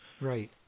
Right